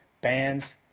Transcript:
bands